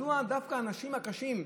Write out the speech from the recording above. מדוע דווקא האנשים הקשים,